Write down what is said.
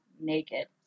naked